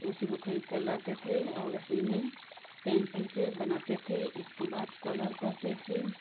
उसी को खरीद कर लाते थे और उसी में पेंसिल से बनाते थे इसके बाद कलर करते थे